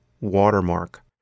watermark